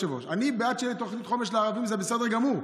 אני בעד שתהיה תוכנית לערבים, זה בסדר גמור,